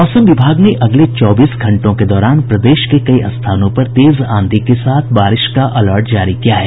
मौसम विभाग ने अगले चौबीस घंटों के दौरान प्रदेश के कई स्थानों पर तेज आंधी के साथ बारिश का अलर्ट जारी किया है